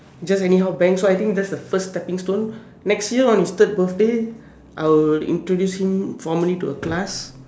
just anyhow bang so I think that's the first stepping stone next year on his third birthday I will introduce him formally to a class